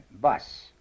bus